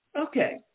Okay